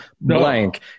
blank